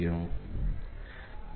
vlcsnap 2019 04 15 10h40m08s201